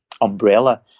umbrella